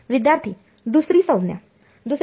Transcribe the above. विद्यार्थी दुसरी संज्ञा